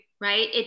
right